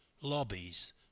lobbies